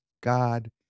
God